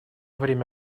время